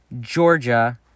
Georgia